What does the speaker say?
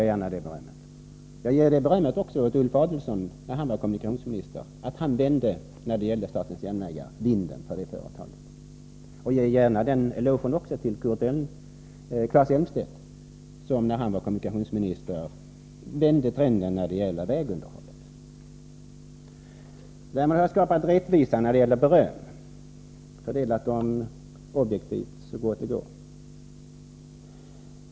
Jag ger också Ulf Adelsohn det berömmet att han, när han var kommunikationsminister, vände vinden för statens järnvägar. En eloge ger jag även till Claes Elmstedt som, när han var kommunikationsminister, vände trenden när det gäller vägunderhållet. Därmed har jag skapat rättvisa i fråga om beröm — jag har fördelat det objektivt så gott det går.